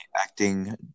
acting